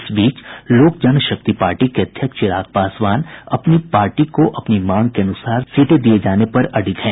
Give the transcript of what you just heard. इस बीच लोकजनशक्ति पार्टी के अध्यक्ष चिराग पासवान अपनी पार्टी को अपनी मांग के अनुसार सीटें दिए जाने पर अडिग हैं